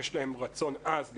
יש להם רצון עז לפעול,